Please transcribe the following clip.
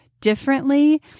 differently